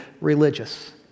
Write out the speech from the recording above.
religious